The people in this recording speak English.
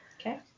Okay